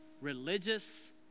religious